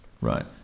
Right